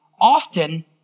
often